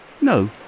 No